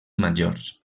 majors